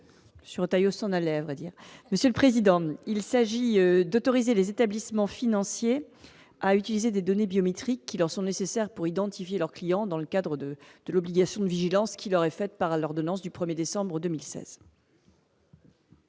Jourda. Cet amendement vise à autoriser les établissements financiers à utiliser les données biométriques qui leur sont nécessaires pour identifier leurs clients dans le cadre de l'obligation de vigilance qui leur est faite par l'ordonnance du 1 décembre 2016.